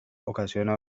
ocasiona